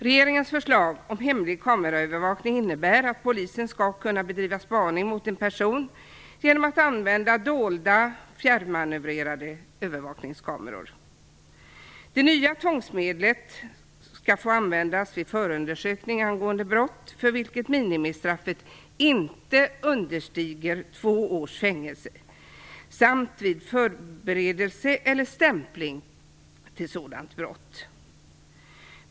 Regeringens förslag om hemlig kameraövervakning innebär att polisen skall kunna bedriva spaning mot en person genom att använda dolda fjärrmanövrerade övervakningskameror. Det nya tvångsmedlet skall få användas vid förundersökning angående brott, för vilket minimistraffet inte understiger två års fängelse, samt vid försök, förberedelse eller stämpling till sådant brott.